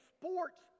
sports